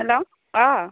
hello अ